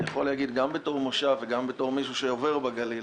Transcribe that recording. אני יכול להגיד גם בתור מושב וגם בתור מישהו שעובר בגליל,